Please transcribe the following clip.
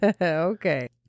Okay